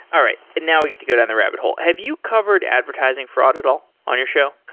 all right. now we get to go down the rabbit hole. have you covered advertising fraud at all on your show?